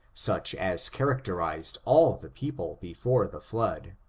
such as characterized all the people before the flood.